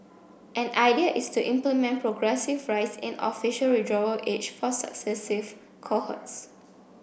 an idea is to implement progressive rise in official withdrawal age for successive cohorts